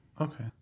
Okay